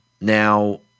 now